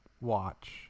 Watch